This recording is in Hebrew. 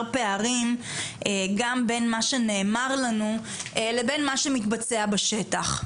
פערים גם בין מה שנאמר לנו לבין מה שמתבצע בשטח.